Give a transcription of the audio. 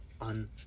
On